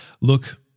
Look